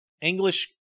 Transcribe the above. English